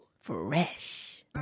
fresh